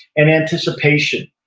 and anticipation.